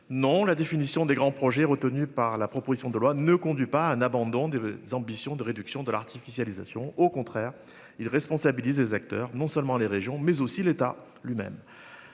Non, la définition des grands projets retenus par la proposition de loi ne conduit pas un abandon des ambitions de réduction de l'artificialisation au contraire il responsabilise les acteurs non seulement les régions mais aussi l'État lui-même